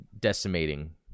decimating